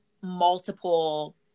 multiple